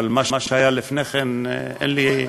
אבל על מה שהיה לפני כן אין לי,